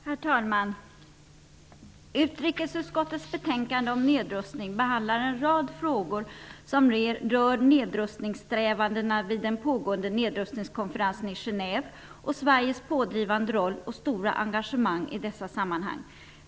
Herr talman! I utrikesutskottets betänkande om nedrustning behandlas en rad frågor som rör nedrustningssträvandena vid den pågående nedrustningskonferensen i Genève och Sveriges pådrivande roll och stora engagemang i dessa sammanhang.